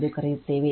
ಎಂದು ಕರೆಯುತ್ತೇವೆ